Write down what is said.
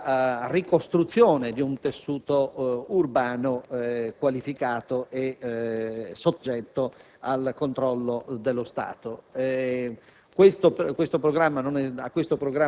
di espulsione e alla ricostruzione di un tessuto urbano qualificato e soggetto al controllo dello Stato.